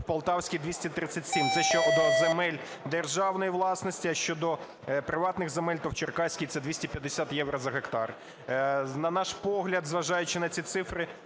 Полтавській – 237. Це щодо земель державної власності, а щодо приватних земель, то в Черкаській – це 250 євро за гектар. На наш погляд, зважаючи на ці цифри,